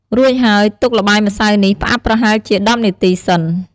រួចហើយ ទុកល្បាយម្សៅនេះផ្អាប់ប្រហែលជា ១០ នាទី សិន។